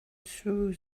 through